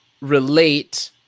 relate